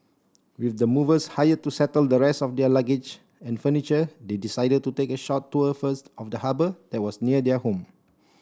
with the movers hired to settle the rest of their luggage and furniture they decided to take a short tour first of the harbour that was near their home